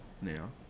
now